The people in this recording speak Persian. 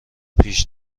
پیش